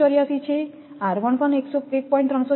384 છે પણ 1